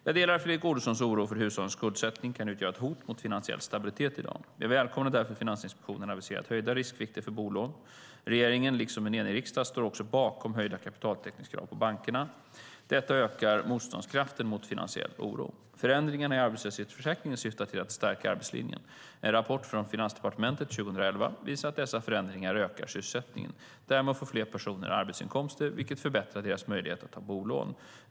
Jag delar Fredrik Olovssons oro för att hushållens skuldsättning kan utgöra ett hot mot finansiell stabilitet i dag. Jag välkomnar därför att Finansinspektionen aviserat höjda riskvikter för bolån. Regeringen, liksom en enig riksdag, står också bakom höjda kapitaltäckningskrav på bankerna. Detta ökar motståndskraften mot finansiell oro. Förändringarna i arbetslöshetsförsäkringen syftar till att stärka arbetslinjen. En rapport från Finansdepartementet 2011 visar att dessa förändringar ökar sysselsättningen. Därmed får fler personer arbetsinkomster, vilket förbättrar deras möjlighet att ta bostadslån.